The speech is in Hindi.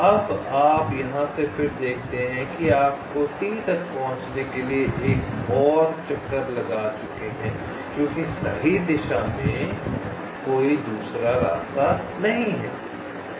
अब आप यहाँ से फिर देखते हैं कि आप T तक पहुँचने के लिए एक और चक्कर लगा चुके हैं क्योंकि सही दिशा में कोई दूसरा रास्ता नहीं है